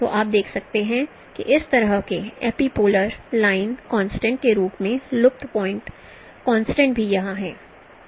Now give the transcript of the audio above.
तो आप देखते हैं कि इस तरह के एपीपोलर लाइन कंस्ट्रेंट के रूप में लुप्त पॉइंट कॉन्सेप्ट् भी यहां है